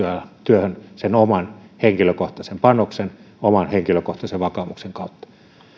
työhön oman henkilökohtaisen panoksen oman henkilökohtaisen vakaumuksen kautta